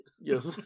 Yes